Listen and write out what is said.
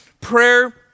Prayer